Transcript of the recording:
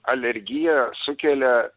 alergiją sukelia